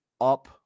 up